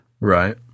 right